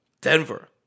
Denver